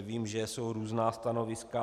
Vím, že jsou různá stanoviska.